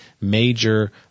major